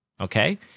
okay